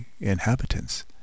inhabitants